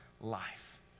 life